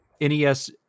nes